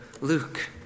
Luke